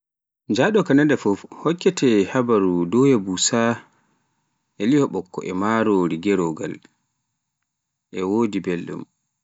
Njaɗo Kanada fuf, hokkete habaruu, doya busa e lie ɓokko e marori gerogal, e wodi belɗum.